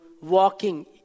walking